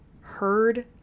heard